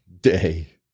day